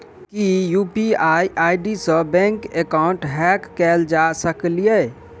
की UPI ID सऽ bank account hack कैल जा सकलिये?